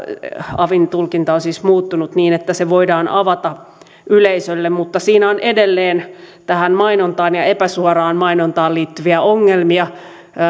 avin tulkinta on muuttunut niin että se voidaan avata yleisölle mutta siinä on edelleen mainontaan ja epäsuoraan mainontaan liittyviä ongelmia